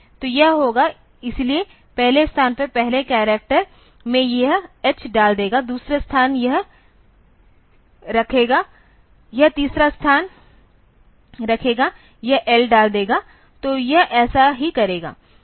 तो यह होगा इसलिए पहले स्थान पर पहले करैक्टर में यह H डाल देगा दूसरा स्थान यह रखेगा यह तीसरा स्थान रखेगा यह L डाल देगा तो यह ऐसा ही करेगा